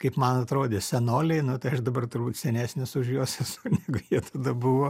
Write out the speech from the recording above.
kaip man atrodė senoliai nu tai aš dabar turbūt senesnis už juos esu negu jie tada buvo